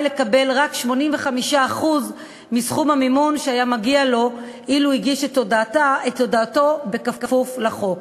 לקבל רק 85% מסכום המימון שהיה מגיע לו אילו הגיש את הודעתו כפוף לחוק.